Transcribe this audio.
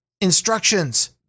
instructions